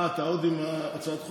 אה, אתה עוד עם הצעת החוק?